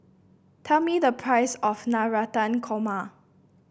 tell me the price of Navratan Korma